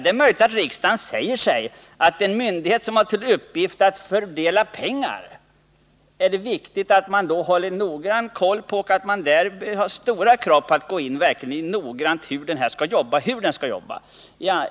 Det är möjligt att riksdagen borde säga sig att det är viktigt att man håller noggrann koll på en myndighet som har till uppgift att fördela pengar och verkligen ställer stora krav på att noggrant gå in på hur den skall arbeta.